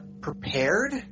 prepared